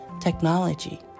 technology